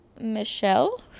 Michelle